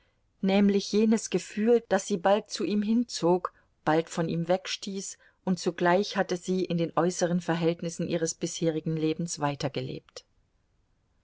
nämlich jenes gefühl das sie bald zu ihm hinzog bald von ihm wegstieß und zugleich hatte sie in den äußeren verhältnissen ihres bisherigen lebens weitergelebt